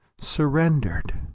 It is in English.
surrendered